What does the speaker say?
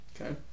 Okay